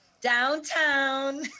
downtown